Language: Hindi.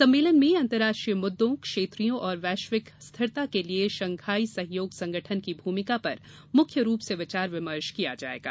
सम्मेलन में अंतर्राष्ट्रीय मुददों क्षेत्रीय और वैश्विक स्थिरता के लिए शंघाई सहयोग संगठन की भूमिका पर मुख्य रूप से विचार विमर्श किया जायेगा